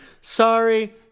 Sorry